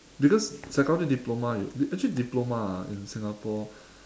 because psychology diploma you actually diploma ah in singapore